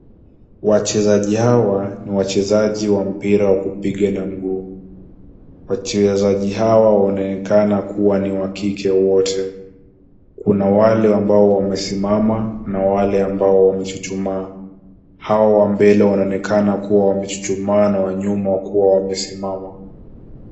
Wachezaji hawa ni wachezaji wa mpira wa kupiga na mguu. Wachezaji hawa wanaonekana kuwa ni wa kike wote, kuna wale ambao wamesimama na wale ambao wamechuchumaa. Hao wa mbele wanaonekana kuwa wamechuchumaa na wa nyuma kuwa wamesimama.